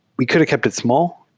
we could've kept it small,